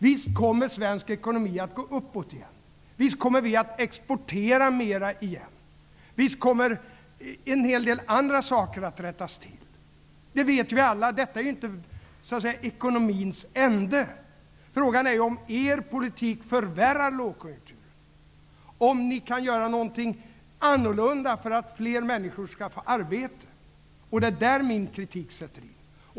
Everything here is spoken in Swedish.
Visst kommer svensk ekonomi att gå uppåt igen. Visst kommer vi att exportera mer. Visst kommer en hel del att rättas till. Det vet vi alla. Detta är ju inte ekonomins ände. Frågan är om er politik förvärrar lågkonjunkturen och om ni kan göra något annorlunda för att fler människor skall få arbete. Det är det min kritik gäller.